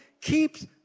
keeps